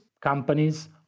companies